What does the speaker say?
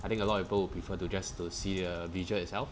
I think a lot of people will prefer to just to see the visual itself